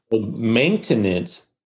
Maintenance